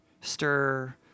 stir